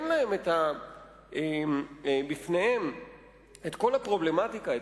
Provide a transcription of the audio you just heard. אין בפניהם כל הפרובלמטיקה,